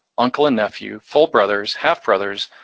uncle and nephew, full brothers, half brothers,